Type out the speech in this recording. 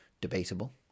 debatable